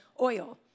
oil